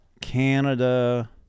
Canada